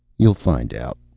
you'll find out,